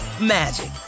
magic